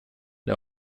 det